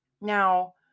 Now